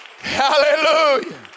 Hallelujah